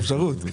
בבקשה.